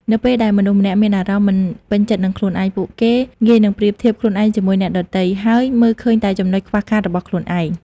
នៅពេលដែលមនុស្សម្នាក់មានអារម្មណ៍មិនពេញចិត្តនឹងខ្លួនឯង ពួកគេងាយនឹងប្រៀបធៀបខ្លួនឯងជាមួយអ្នកដទៃ ហើយមើលឃើញតែចំណុចខ្វះខាតរបស់ខ្លួនឯង។